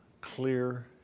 clear